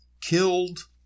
killed